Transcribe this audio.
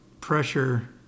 pressure